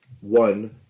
one